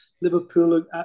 Liverpool